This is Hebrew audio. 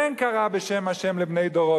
כן קרא בשם השם לבני דורו,